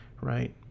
right